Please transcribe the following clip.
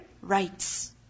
rights